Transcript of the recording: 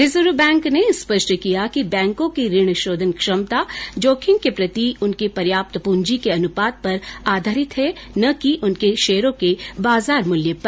reserve bank ने स्पष्ट किया कि बैंकों की ऋण शोधन क्षमता जोखिम के प्रति उनकी पर्याप्त पूंजी के अनुपात पर आधारित है न कि उनके शेयरों के बाजार मूल्य पर